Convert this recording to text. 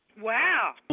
Wow